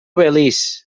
belize